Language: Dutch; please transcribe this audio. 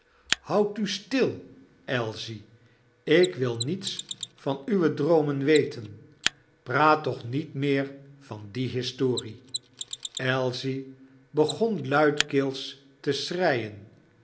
houd u stil ailsie ik wil niets van uwe droomen weten praat toch niet meer van die historie ailsie begon luidkeels te schreien